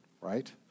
right